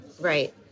Right